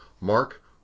Mark